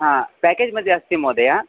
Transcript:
हा पेकेज् मध्ये अस्ति महोदय